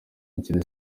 imbyino